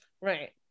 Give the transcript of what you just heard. right